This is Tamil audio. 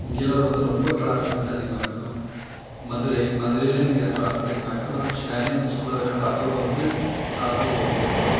இங்கெல்லாம் வந்து ரொம்ப டிராஃபிக் வந்து அதிகமாக இருக்கும் மதுரை மதுரையிலேயும் இங்கே டிராஃபிக் அதிகமாக இருக்கும் ஆனால் சென்னை வந்து சொல்லவே வேண்டாம் அப்பப்போ வந்து டிராஃபிக் ஆகிட்டே இருக்குது